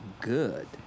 good